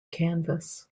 canvas